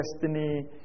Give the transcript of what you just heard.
destiny